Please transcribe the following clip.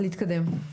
להתקדם.